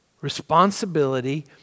responsibility